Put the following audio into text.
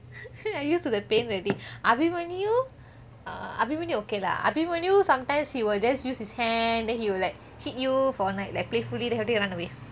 I used to the pain already abimanyu uh abimanyu okay lah abimanyu sometimes he will just use his hand then he like hit you for like playfully then after that he will run away